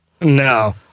No